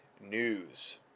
news